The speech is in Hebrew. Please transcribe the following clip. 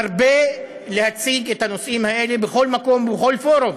מרבה להציג את הנושאים האלה בכל מקום ובכל פורום.